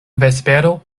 vespero